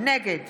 נגד